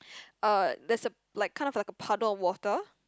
uh there's a like kind of like a puddle of water